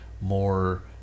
more